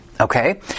Okay